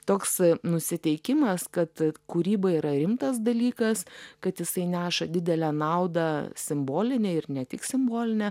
toks nusiteikimas kad kūryba yra rimtas dalykas kad jisai neša didelę naudą simbolinę ir ne tik simbolinę